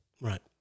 Right